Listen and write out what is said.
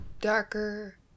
darker